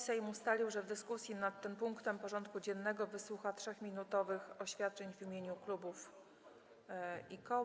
Sejm ustalił, że w dyskusji nad tym punktem porządku dziennego wysłucha 3-minutowych oświadczeń w imieniu klubów i koła.